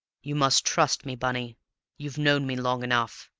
you must trust me, bunny you've known me long enough.